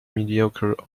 mediocre